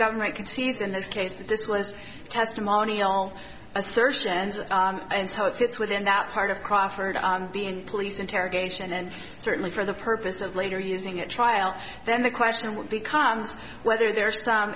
government concedes in this case that this was testimonial assertions and so it fits within that part of crawford being police interrogation and certainly for the purpose of later using at trial then the question will becomes whether there are some